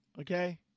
okay